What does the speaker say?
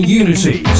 unity